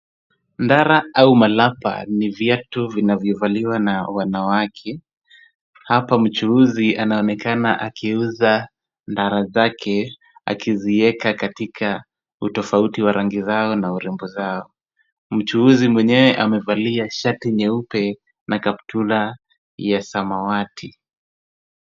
Ndara au malapa ni viatu vinavyovaliwa na wanawake. Hapa mchuuzi anaonekana akiuza ndara zake, akizieka katika utofauti wa rangi zao na urembo zao. Mchuuzi mwenyewe amevalia shati nyeupe na kaptula ya samawati.